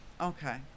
Okay